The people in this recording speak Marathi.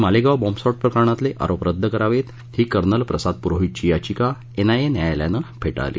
मालेगाव बॉम्बस्फोट प्रकरणातील आरोप रद्द करावेत ही कर्नल प्रसाद प्रोहितची याचिका एन आय ए न्यायालयानं फेटाळली